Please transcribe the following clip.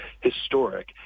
historic